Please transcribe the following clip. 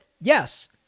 Yes